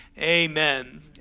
Amen